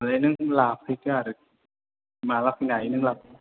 माने नों लाफैदो आरो माला फैनो हायो नों लाफैदो